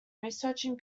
reaching